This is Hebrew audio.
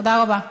תודה רבה.